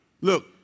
Look